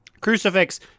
Crucifix